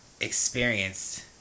experienced